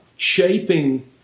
shaping